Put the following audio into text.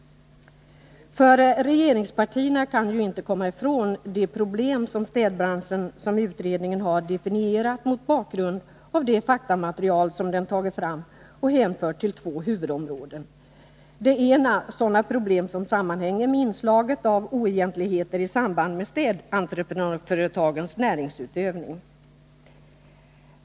För regeringspartierna kan ju inte komma ifrån de problem inom städbranschen som utredningen har definierat mot bakgrund av det faktamaterial som den tagit fram och hänfört till två huvudområden. Det ena är sådana problem som sammanhänger med inslaget av oegentligheter i samband med städentreprenadföretagens näringsutövning.